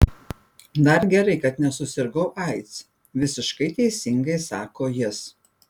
dar gerai kad nesusirgau aids visiškai teisingai sako jis